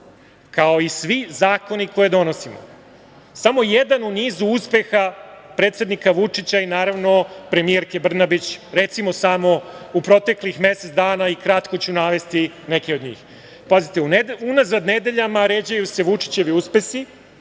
kao i svi zakoni koje donosimo, samo jedan u nizu uspeha predsednika Vučića i, naravno, premijerke Brnabić, recimo samo u proteklih mesec dana. Kratko ću navesti neke od njih. Pazite, unazad nedeljama ređaju se Vučićevi uspesi,